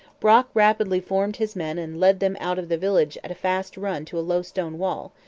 brock rapidly formed his men and led them out of the village at a fast run to a low stone wall,